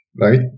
right